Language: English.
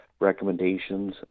recommendations